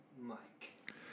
Mike